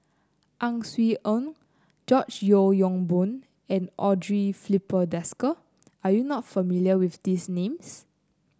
Ang Swee Aun George Yeo Yong Boon and Andre Filipe Desker are you not familiar with these names